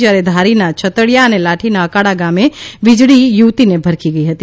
જયારે ધારીના છતડીયા અને લાઠીના અકાળા ગામે વીજળી યુવતીને ભરખી ગઇ હતી